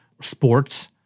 sports